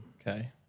Okay